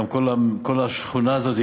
כל השכונה הזאת,